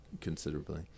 considerably